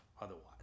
otherwise